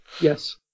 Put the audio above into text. Yes